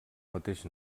mateix